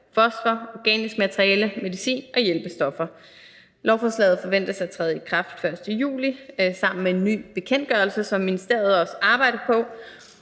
fosfor, organisk materiale, medicin og hjælpestoffer. Lovforslaget forventes at træde i kraft den 1. juli sammen med en ny bekendtgørelse, som ministeriet også arbejder på.